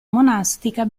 monastica